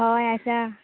होय आसा